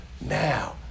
now